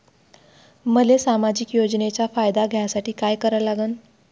मले सामाजिक योजनेचा फायदा घ्यासाठी काय करा लागन?